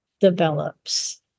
develops